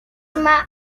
forma